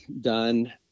done